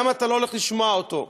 למה אתה לא הולך לשמוע אותו.